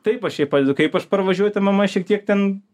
taip aš jai padedu kaip aš parvažiuoju tai mama šiek tiek ten